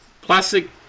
plastic